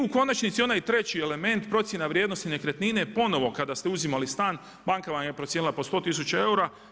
I u konačnici onaj treći element procjena vrijednosti nekretnine ponovo kada ste uzimali stan banka vam je procijenila po sto tisuća eura.